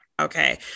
okay